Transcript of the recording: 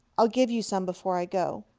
i'll give you some before i go.